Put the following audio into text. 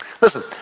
Listen